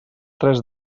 tres